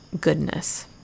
goodness